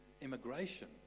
immigration